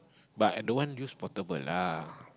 but i don't want use portable lah